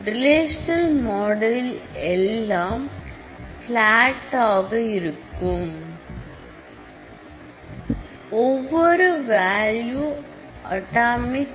relational மாடலில் எல்லாம் flat ஆக இருக்கும் ஒவ்வொரு வால்யூ அடோமிக்